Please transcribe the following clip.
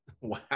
wow